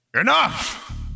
Enough